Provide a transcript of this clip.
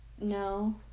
no